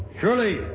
surely